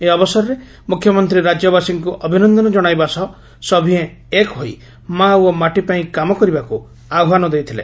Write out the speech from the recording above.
ଏହି ଅବସରରେ ମୁଖ୍ୟମନ୍ତୀ ରାଜ୍ୟବାସୀଙ୍କୁ ଅଭିନନ୍ଦନ ଜଶାଇବା ସହ ସଭିଏଁ ଏକ୍ ହୋଇ ମା' ଓ ମାଟି ପାଇଁ କାମ କରିବାକୁ ଆହ୍ୱାନ ଦେଇଥିଲେ